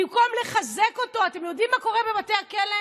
במקום לחזק אותו, אתם יודעים מה קורה בבתי הכלא,